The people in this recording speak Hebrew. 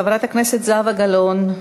חברת הכנסת זהבה גלאון,